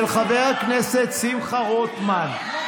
של חבר הכנסת שמחה רוטמן,